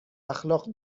اخلاق